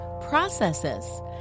processes